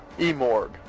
E-Morg